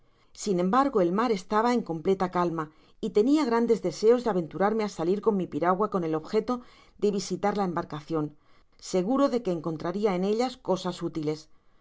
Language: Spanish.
sin embargo el mar estaba en completa calma y tenia grandes deseos de aventurarme á salir con mi piragua con el objeto de visitar la embarcacion seguro de que encontraria en ella cosas útiles